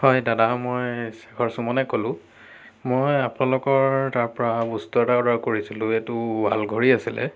হয় দাদা মই শেখৰ চুমনে ক'লোঁ মই আপোনালোকৰ তাৰ পৰা বস্তু এটা অৰ্ডাৰ কৰিছিলোঁ এইটো ৱালঘড়ি আছিলে